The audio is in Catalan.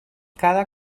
cada